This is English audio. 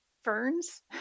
ferns